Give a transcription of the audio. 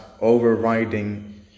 overriding